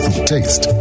taste